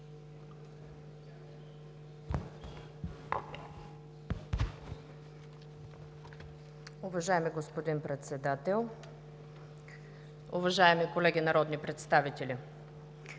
Уважаеми господин Председател, уважаеми колеги народни представители,